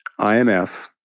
imf